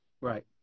Right